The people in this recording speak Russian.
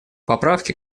поправки